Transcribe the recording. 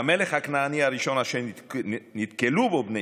והמלך הכנעני הראשון אשר נתקלו בו בני